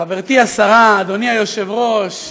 חברתי השרה, אדוני היושב-ראש,